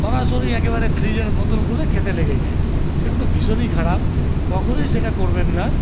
সরাসরি একেবারে ফ্রিজের বোতল খুলে খেতে লেগে যাই সেটা তো ভীষণই খারাপ কখনোই সেটা করবেন না